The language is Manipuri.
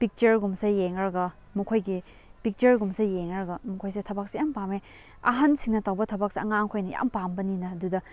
ꯄꯤꯛꯆꯔꯒꯨꯝꯕꯁꯦ ꯌꯦꯡꯂꯒ ꯃꯈꯣꯏꯒꯤ ꯄꯤꯛꯆꯔꯒꯨꯝꯕꯁꯦ ꯌꯦꯡꯂꯒ ꯃꯈꯣꯏꯁꯦ ꯊꯕꯛꯁꯦ ꯌꯥꯝ ꯄꯥꯝꯃꯦ ꯑꯍꯟꯁꯤꯡꯅ ꯇꯧꯕ ꯊꯕꯛꯁꯦ ꯑꯉꯥꯡꯈꯣꯏꯅ ꯌꯥꯝ ꯄꯥꯝꯕꯅꯤꯅ ꯑꯗꯨꯗ